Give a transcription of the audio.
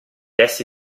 essi